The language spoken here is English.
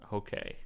Okay